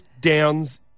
Downs